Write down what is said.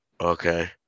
okay